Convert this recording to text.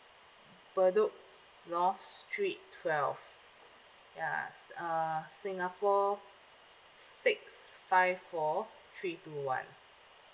bedok north street twelve yes uh singapore six five four three two one